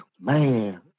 man